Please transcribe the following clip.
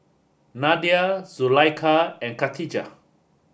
Nadia Zulaikha and Khatijah